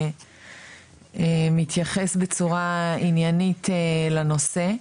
ומתייחס בצורה עניינית לנושא,